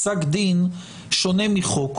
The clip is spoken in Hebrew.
פסק דין שונה מחוק.